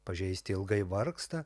pažeisti ilgai vargsta